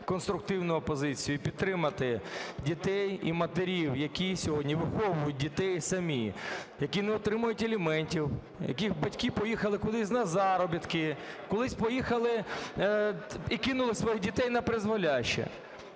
конструктивну опозицію, і підтримати дітей і матерів, які сьогодні виховують дітей самі, які не отримують аліментів, яких батьки поїхали кудись на заробітки, кудись поїхали і кинули своїх дітей напризволяще.